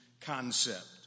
concept